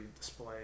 display